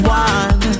one